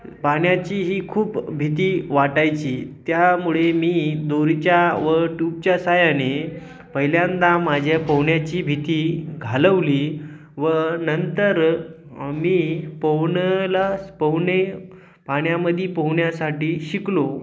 पाण्याची ही खूप भीती वाटायची त्यामुळे मी दोरीच्या व ट्यूबच्या साहायाने पहिल्यांदा माझ्या पोहण्याची भीती घालवली व नंतर मी पोहणला पोहणे पाण्यामध्ये पोहण्यासाठी शिकलो